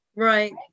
right